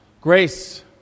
Grace